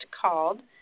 called